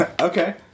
Okay